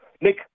Nick